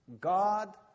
God